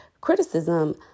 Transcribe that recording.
criticism